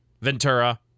Ventura